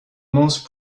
most